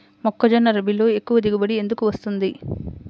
మొక్కజొన్న రబీలో ఎక్కువ దిగుబడి ఎందుకు వస్తుంది?